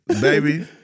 baby